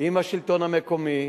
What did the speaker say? עם השלטון המקומי,